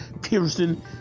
Pearson